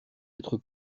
être